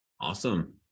Awesome